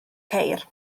ceir